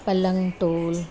पलंग तोड़